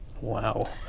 Wow